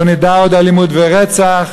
לא נדע עוד אלימות ורצח.